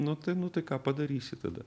nu tai nu tai ką padarysi tada